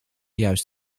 juist